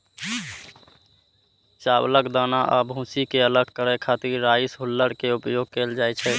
चावलक दाना आ भूसी कें अलग करै खातिर राइस हुल्लर के उपयोग कैल जाइ छै